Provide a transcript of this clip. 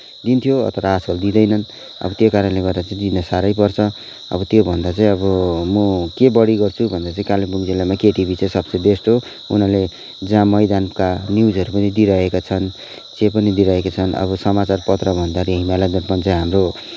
दिन्थ्यो तर आजकल दिँदैनन् अब त्यो कारणले गर्दाखेरि चाहिँ लिन साह्रै पर्छ अब त्योभन्दा चाहिँ अब म के बढी गर्छु भन्दा चाहिँ कालिम्पोङ जिल्लामा केटिभी चाहिँ सबसे बेस्ट हो उनीहरूले जहाँ मैदानका न्युजहरू पनि दिइरहेका छन् जे पनि दिइरहेका छन् अब समाचारपत्र भन्दाखेरि हिमालय दर्पण चाहिँ हाम्रो